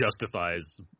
justifies